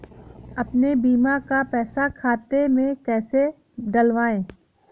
अपने बीमा का पैसा खाते में कैसे डलवाए?